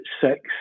six